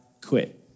quit